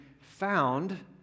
found